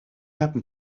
happen